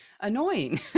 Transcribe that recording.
annoying